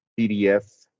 PDF